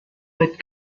that